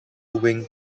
wing